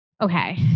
okay